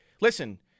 listen